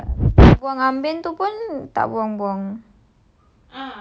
but ambin tu tak buang-buang